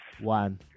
one